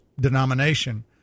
denomination